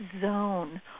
zone